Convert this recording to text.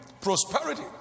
prosperity